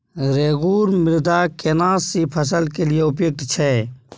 रेगुर मृदा केना सी फसल के लिये उपयुक्त छै?